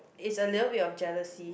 it's a little bit of jealousy